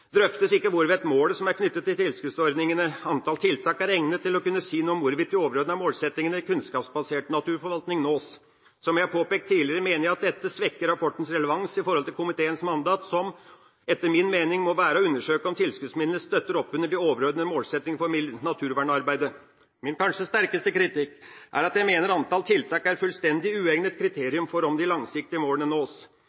drøftes ikke hvorvidt målet som er knyttet til tilskuddsordningene, antall tiltak, er egnet til å kunne si noe om hvorvidt de overordnede målsettingene, kunnskapsbasert naturforvaltning, nås. Som jeg har påpekt tidligere, mener jeg at dette svekker rapportens relevans i forhold til komiteens mandat, som etter min mening må være å undersøke om tilskuddsmidlene støtter oppunder de overordnede målsettingene for naturvernarbeidet. Min kanskje sterkeste kritikk er at jeg mener antall tiltak er et fullstendig uegnet